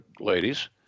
ladies